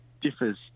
differs